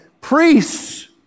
priests